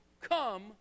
come